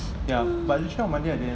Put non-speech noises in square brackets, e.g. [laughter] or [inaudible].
[breath]